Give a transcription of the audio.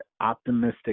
optimistic